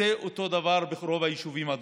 זה אותו דבר ברוב היישובים הדרוזיים.